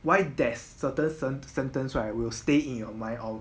why there's certain sentence right will stay in your mind or